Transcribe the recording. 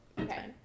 Okay